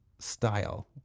style